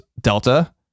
Delta